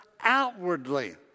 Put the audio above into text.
outwardly